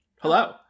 Hello